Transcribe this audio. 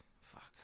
Fuck